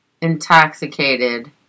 intoxicated